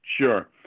Sure